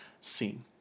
seen